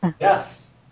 Yes